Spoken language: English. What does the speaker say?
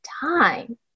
time